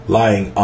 lying